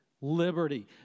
Liberty